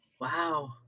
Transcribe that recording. wow